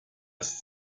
ist